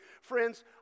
Friends